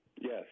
yes